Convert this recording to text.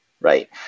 right